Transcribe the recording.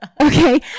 Okay